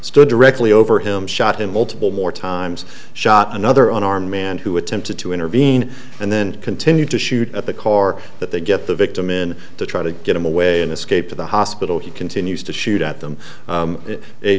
stood directly over him shot him multiple more times shot another unarmed man who attempted to intervene and then continued to shoot at the car that they get the victim in to try to get him away and escape to the hospital he continues to shoot at them